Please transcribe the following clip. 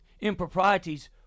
improprieties